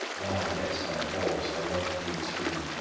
ah, yes! my horse! i love thee too!